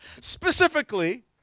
specifically